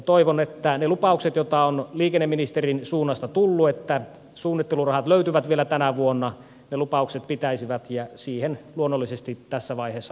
toivon että ne lupaukset joita on liikenneministerin suunnasta tullut että suunnittelurahat löytyvät vielä tänä vuonna pitäisivät ja siihen luonnollisesti tässä vaiheessa uskon